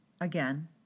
Again